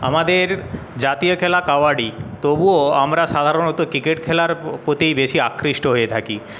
আমাদের জাতীয় খেলা কাবাডি তবুও আমরা সাধারণত ক্রিকেট খেলার প্রতি বেশি আকৃষ্ট হয়ে থাকি